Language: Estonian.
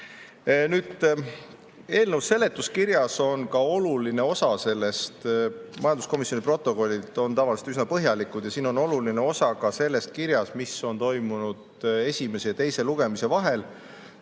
Nüüd eelnõu seletuskirjas on ka oluline osa sellest, majanduskomisjoni protokollid on tavaliselt üsna põhjalikud ja siin on oluline osa ka sellest kirjas, mis on toimunud esimese ja teise lugemise vahel.